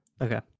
Okay